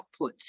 outputs